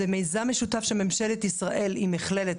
זה מיזם משותף של ממשלת ישראל עם מכללת